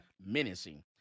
menacing